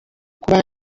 kuba